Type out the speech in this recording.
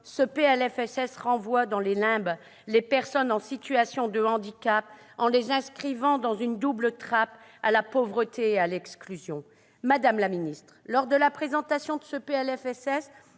ce PLFSS renvoie dans les limbes les personnes en situation de handicap, en les inscrivant dans une double trappe à pauvreté et à exclusion ! Madame la ministre, en présentant ce texte,